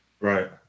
right